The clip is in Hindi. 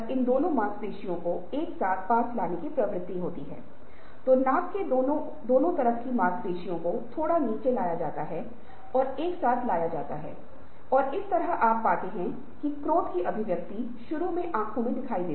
क्योंकि यदि दृष्टि है तो आप पूरी तरह से दृष्टि का एहसास नहीं कर पा रहे हैं क्योंकि इस तथ्य के कारण कि कुछ गतिविधियां चल रही हैं जो दृष्टि की आवश्यकता का अनुपालन नहीं कर रही हैं